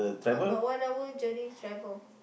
about one hour journey travel